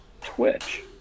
Twitch